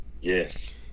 Yes